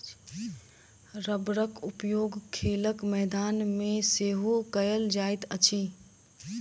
रबड़क उपयोग खेलक मैदान मे सेहो कयल जाइत अछि